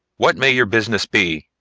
what may your business be?